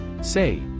Say